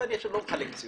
ועכשיו אני לא מחלק ציונים,